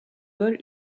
vol